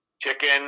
chicken